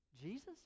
jesus